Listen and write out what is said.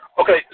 Okay